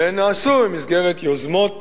והן נעשו במסגרת יוזמות